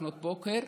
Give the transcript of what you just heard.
לפנות בוקר,